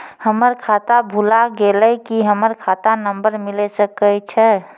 हमर खाता भुला गेलै, की हमर खाता नंबर मिले सकय छै?